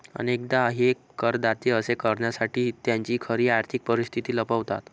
अनेकदा हे करदाते असे करण्यासाठी त्यांची खरी आर्थिक परिस्थिती लपवतात